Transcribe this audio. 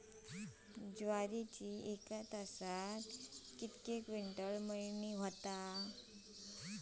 ज्वारीची एका तासात कितके क्विंटल मळणी होता?